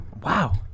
Wow